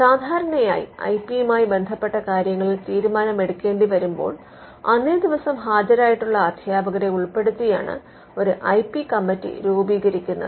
സാധാരണയായി I P യുമായി ബന്ധപ്പെട്ട കാര്യങ്ങളിൽ തീരുമാനം എടുക്കേണ്ടി വരുമ്പോൾ അന്നേ ദിവസം ഹാജരായിട്ടുള്ള അധ്യാപകരെ ഉൾപ്പെടുത്തിയാണ് ഒരു ഐ പി കമ്മിറ്റി രൂപീകരിക്കുന്നത്